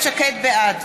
בעד